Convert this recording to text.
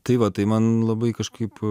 tai va tai man labai kažkaip